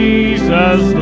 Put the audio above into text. Jesus